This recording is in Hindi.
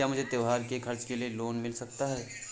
क्या मुझे त्योहार के खर्च के लिए लोन मिल सकता है?